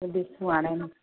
ॾिसूं हाणे